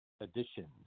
edition